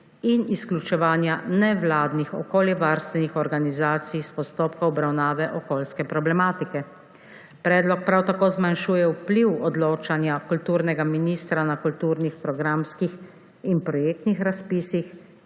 in izključevanja nevladnih okoljevarstvenih organizacij s postopka obravnave okoljske problematike. Predlog prav tako zmanjšuje vpliv odločanja kulturnega ministra na kulturnih programskih **13. TRAK: